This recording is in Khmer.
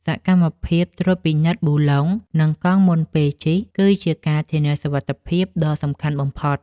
សកម្មភាពត្រួតពិនិត្យប៊ូឡុង និងកង់មុនពេលជិះ គឺជាការធានាសុវត្ថិភាពដ៏សំខាន់បំផុត។